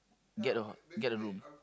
get a get a room